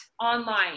online